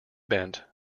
bent